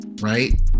Right